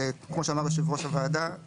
כמו שאמר יושב ראש הוועדה,